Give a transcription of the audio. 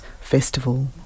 festival